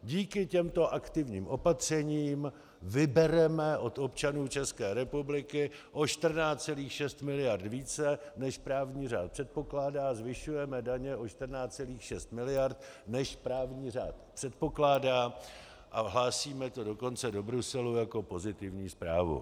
Díky těmto aktivním opatřením vybereme od občanů České republiky o 14,6 mld. více, než právní řád předpokládá, zvyšujeme daně o 14,6 mld., než právní řád předpokládá, a hlásíme to dokonce do Bruselu jako pozitivní zprávu.